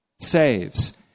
saves